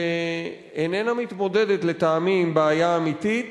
שאיננה מתמודדת, לטעמי, עם בעיה אמיתית,